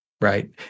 Right